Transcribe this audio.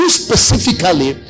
specifically